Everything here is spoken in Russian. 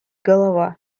голова